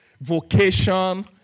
vocation